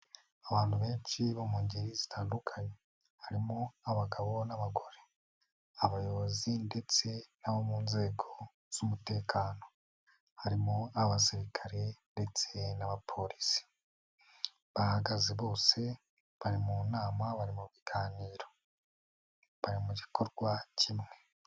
Abantu benshi bo mu ngeri zitandukanye, harimo abagabo n'abagore, abayobozi ndetse n'abo mu nzego z'umutekano, harimo abasirikare ndetse n'abapolisi, bahagaze bose, bari mu nama bari mu biganiro, bari mu gikorwa kimwe.